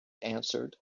answered